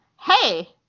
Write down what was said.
hey